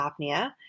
apnea